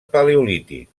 paleolític